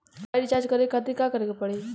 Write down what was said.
Mobile recharge करे खातिर का करे के पड़ी?